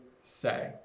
say